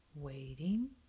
Waiting